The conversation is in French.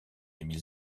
émile